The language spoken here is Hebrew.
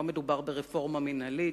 לא מדובר ברפורמה מינהלית,